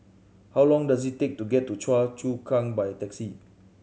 how long does it take to get to Choa Chu Kang by taxi